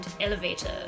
elevator